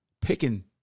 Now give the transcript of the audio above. Picking